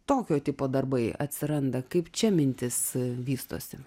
tokio tipo darbai atsiranda kaip čia mintis vystosi